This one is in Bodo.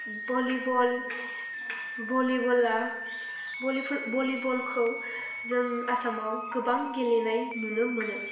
भलिबलखौ जों आसामाव गोबां गेलेनाय नुनो मोनो